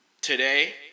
Today